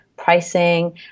pricing